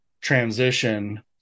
transition